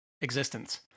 existence